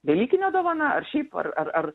velykinė dovana ar šiaip ar ar ar